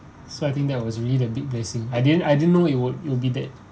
so I think that was really the big blessing I didn't I didn't know it would it would be that